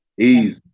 Easy